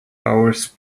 hours